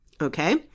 Okay